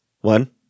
One